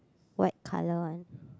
white colour one